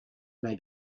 may